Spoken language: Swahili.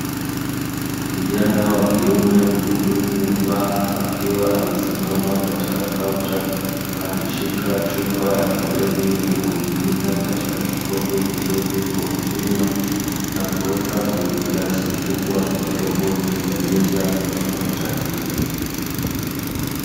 Kijana wa kiume mhudumu wa baa akiwa amesimama katika kaunta akishika chupa ya kilevi na kuimimina katika kikombe kidogo kwa kupima, na kuweka kwenye glasi kubwa iliyopo juu ya meza ya kaunta hiyo.